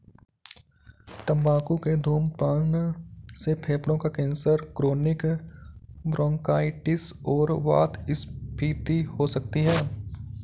तंबाकू के धूम्रपान से फेफड़ों का कैंसर, क्रोनिक ब्रोंकाइटिस और वातस्फीति हो सकती है